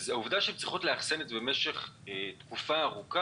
העובדה שהן צריכות לאחסן את הרכב במשך תקופה ארוכה